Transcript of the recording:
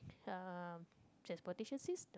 ya transportation system